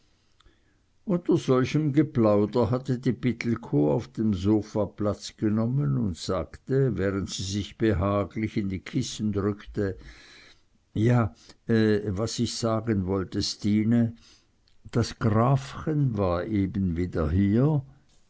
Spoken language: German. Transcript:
unter solchem geplauder hatte die pittelkow auf dem sofa platz genommen und sagte während sie sich behaglich in die kissen drückte ja was ich sagen wollte stine das grafchen war eben wieder hier